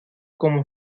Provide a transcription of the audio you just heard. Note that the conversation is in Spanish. como